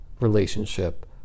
relationship